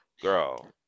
girl